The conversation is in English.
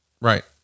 right